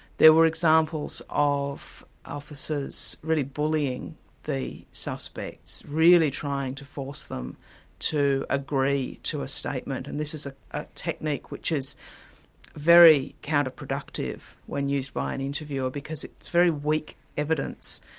there were examples of officers really bullying the suspects, really trying to force them to agree to a statement. and this is ah a technique which is very counterproductive when used by an interviewer, because it's very weak evidence.